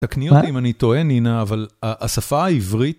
תקני אותי אם אני טוען, נינה, אבל השפה העברית...